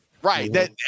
Right